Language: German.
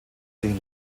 sich